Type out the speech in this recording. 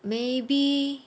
maybe